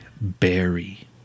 berry